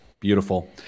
Beautiful